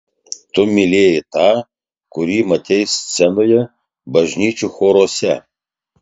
tu mylėjai tą kurį matei scenoje bažnyčių choruose